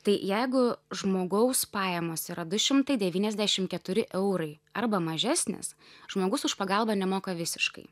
tai jeigu žmogaus pajamos yra du šimtai devyniasdešim keturi eurai arba mažesnės žmogus už pagalbą nemoka visiškai